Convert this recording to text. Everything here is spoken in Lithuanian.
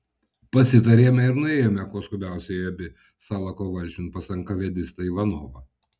pasitarėme ir nuėjome kuo skubiausiai abi salako valsčiun pas enkavedistą ivanovą